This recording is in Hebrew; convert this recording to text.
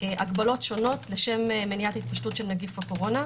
הגבלות שונות לשם מניעת התפשטות נגיף הקורונה.